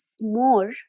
more